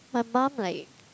my mum like